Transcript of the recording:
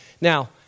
Now